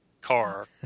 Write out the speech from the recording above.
car